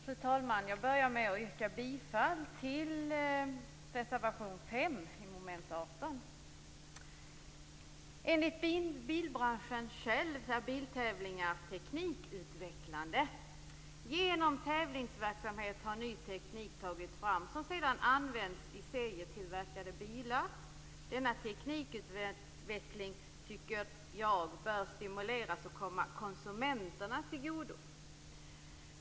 Fru talman! Jag börjar med att yrka bifall till reservation 5 under mom. 18. Enligt bilbranschen själv är biltävlingar teknikutvecklande. Genom tävlingsverksamhet har ny teknik tagits fram, som sedan används i serietillverkade bilar. Denna teknikutveckling tycker jag bör stimuleras och komma konsumenterna till godo.